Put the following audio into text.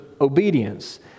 obedience